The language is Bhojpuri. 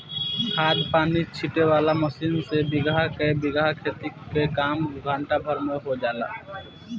खाद पानी छीटे वाला मशीन से बीगहा के बीगहा खेत के काम घंटा भर में हो जाला